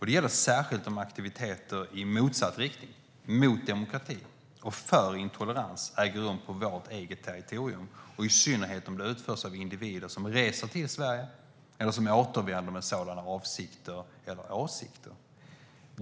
Det gäller särskilt om aktiviteter i motsatt riktning - mot demokrati och för intolerans - äger rum på vårt eget territorium, och i synnerhet om de utförs av individer som reser till Sverige eller som återvänder med sådana avsikter eller åsikter.